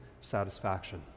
satisfaction